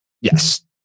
Yes